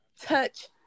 touch